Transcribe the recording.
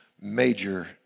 major